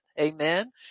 Amen